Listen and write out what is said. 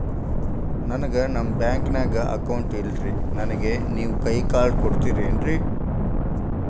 ನನ್ಗ ನಮ್ ಬ್ಯಾಂಕಿನ್ಯಾಗ ಅಕೌಂಟ್ ಇಲ್ರಿ, ನನ್ಗೆ ನೇವ್ ಕೈಯ ಕಾರ್ಡ್ ಕೊಡ್ತಿರೇನ್ರಿ?